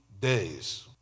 days